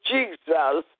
Jesus